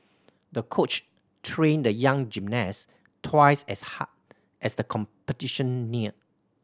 the coach trained the young gymnast twice as hard as the competition neared